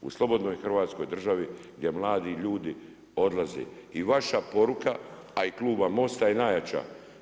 U slobodnoj hrvatskoj državi gdje mladi ljudi odlaze i vaša poruka a i kluba MOST-a je najjača.